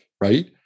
Right